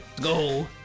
Go